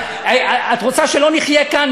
את רוצה שלא נחיה כאן?